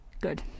good